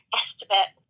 estimate